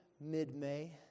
mid-May